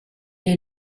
est